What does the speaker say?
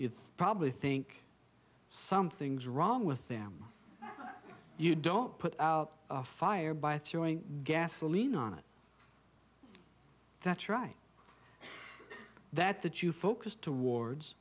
you'd probably think something's wrong with them you don't put out a fire by throwing gasoline on it that's right that that you focused towards